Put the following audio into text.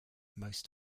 most